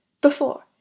Before